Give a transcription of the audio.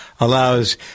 allows